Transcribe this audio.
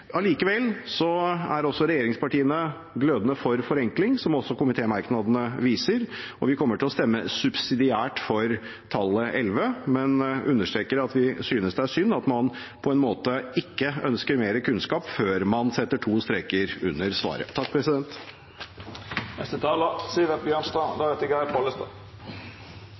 er også regjeringspartiene glødende for forenkling, som også komitémerknadene viser. Vi kommer til å stemme subsidiært for tallet 11, men understreker at vi synes det er synd at man på en måte ikke ønsker mer kunnskap før man setter to streker under svaret.